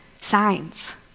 signs